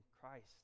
Christ